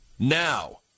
Now